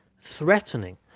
threatening